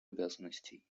обязанностей